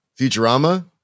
Futurama